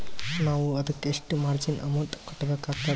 ನಾವು ಅದಕ್ಕ ಎಷ್ಟ ಮಾರ್ಜಿನ ಅಮೌಂಟ್ ಕಟ್ಟಬಕಾಗ್ತದ್ರಿ?